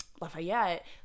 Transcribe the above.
Lafayette